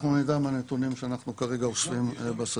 נדע מהנתונים שאנחנו כרגע אוספים בשדה.